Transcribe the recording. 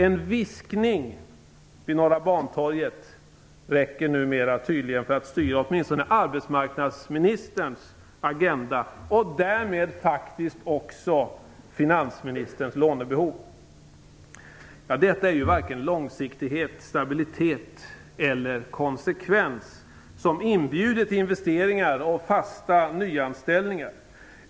En viskning vid Norra Bantorget räcker tydligen numera för att styra åtminstone arbetsmarknadsministerns agenda och därmed faktiskt också finansministerns lånebehov. Detta är ju varken långsiktighet, stabilitet eller konsekvens som inbjuder till investeringar och fasta nyanställningar.